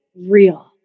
real